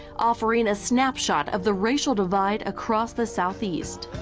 offering a snapshot of the racial divide across the southeast.